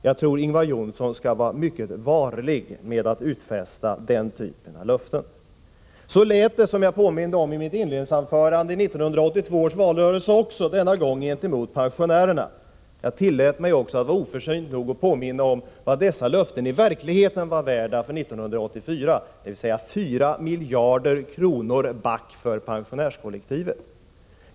Jag tror att Ingvar Johnsson skall vara varlig med att utfärda den typen av löften. Så lät det, som jag påminde om i mitt inledningsanförande, också i 1982 års valrörelse, den gången gentemot pensionärerna. Jag tillät mig också att vara oförsynt nog att påminna om vad dessa löften i verkligheten var värda för 1984, dvs. 4 miljarder kronor back för pensionärskollektivet.